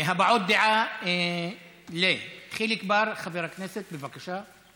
הבעות דעה, לחיליק בר, חבר הכנסת, בבקשה.